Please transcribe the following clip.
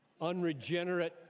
unregenerate